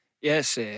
Yes